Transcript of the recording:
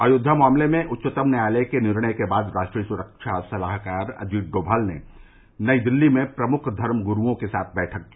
अयोध्या मामले में उच्चतम न्यायालय के निर्णय के बाद राष्ट्रीय सुरक्षा सलाहकार अजित डोमाल ने नई दिल्ली में प्रमुख धर्म गुरूओं के साथ बैठक की